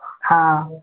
हाँ